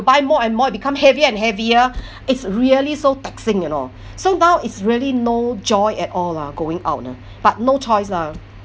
buy more and more become heavier and heavier it's really so taxing you know so now is really no joy at all lah going out ah but no choice lah